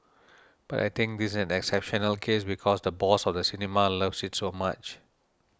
but I think this is an exceptional case because the boss of the cinema loves it so much